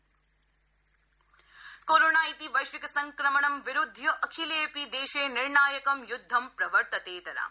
Covid national update corona इति वैश्विक संक्रमणं विरुध्य अखिलेऽपि देशे निर्णायकं युद्धं प्रवर्ततेतराम्